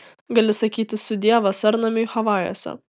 gali sakyti sudie vasarnamiui havajuose